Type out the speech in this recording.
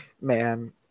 Man